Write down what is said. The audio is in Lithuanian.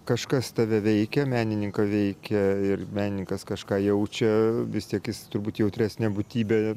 kažkas tave veikia menininką veikia ir menininkas kažką jaučia vis tiek jis turbūt jautresnė būtybė